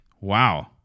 Wow